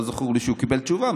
לא זכור לי שהוא קיבל תשובה,